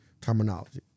terminology